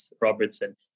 Robertson